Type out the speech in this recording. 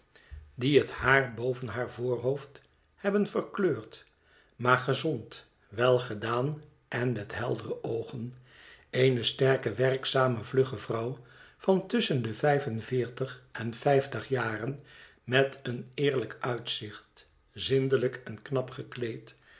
die het haar boven haar voorhoofd hebben verkleurd maar gezond welgedaan en met heldere oogen eene sterke werkzame vlugge vrouw van tusschen de vijf en veertig en vijftig jaren met een eerlijk uitzicht zindelijk en knap gekleed